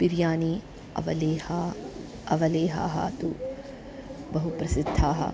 बिर्यानी अवलेहाः अवलेहाः तु बहु प्रसिद्धाः